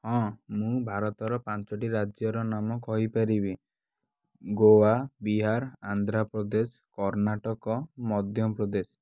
ହଁ ମୁଁ ଭାରତର ପାଞ୍ଚଟି ରାଜ୍ୟର ନାମ କହିପାରିବି ଗୋଆ ବିହାର ଆନ୍ଧ୍ରାପ୍ରଦେଶ କର୍ଣ୍ଣାଟକ ମଧ୍ୟପ୍ରଦେଶ